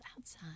outside